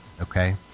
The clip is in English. okay